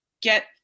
get